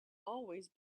always